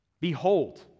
Behold